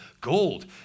gold